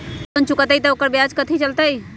Loan चुकबई त ओकर ब्याज कथि चलतई?